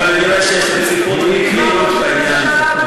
לא, זה לא נמחק, זו אותה ישיבה.